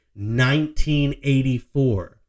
1984